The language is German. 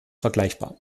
vergleichbar